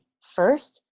first